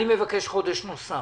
אני מבקש חודש נוסף.